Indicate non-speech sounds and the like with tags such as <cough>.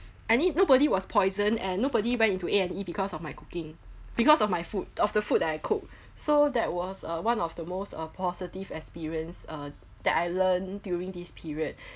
I mean nobody was poisoned and nobody went into A&E because of my cooking because of my food of the food that I cook so that was uh one of the most uh positive experience uh that I learned during this period <breath>